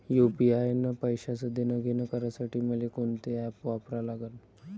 UPI न पैशाचं देणंघेणं करासाठी मले कोनते ॲप वापरा लागन?